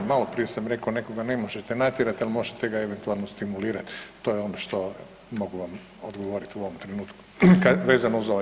Maloprije sam rekao, nekoga ne možete natjerat, ali možete ga eventualno stimulirat, to je ono što mogu vam odgovorit u ovom trenutku vezano za ovaj